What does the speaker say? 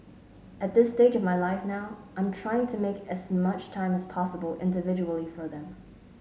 at this stage of my life now I'm trying to make as much time as possible individually for them